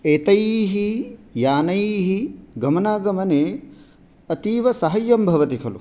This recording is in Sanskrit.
एतैः यानैः गमनागमने अतीवसाहाय्यं भवति खलु